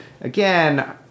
again